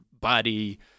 body